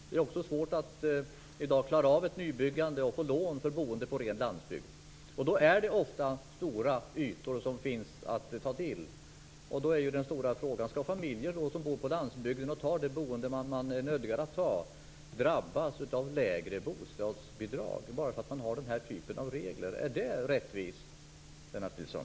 Det är också svårt att i dag klara av att bygga nytt och få lån för boende på ren landsbygd. Då är det ofta stora ytor som finns att ta till. Den stora frågan är om familjer som bor på landsbygden och som tar det boende man är nödgad att ta skall drabbas av lägre bostadsbidrag bara för att man har den här typen av regler. Är det rättvist, Lennart Nilsson?